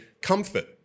Comfort